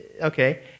okay